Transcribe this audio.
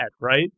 right